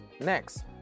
next